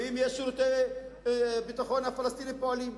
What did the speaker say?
ואם שירותי הביטחון הפלסטיניים פועלים,